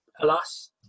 alas